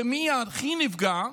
מי הכי נפגע?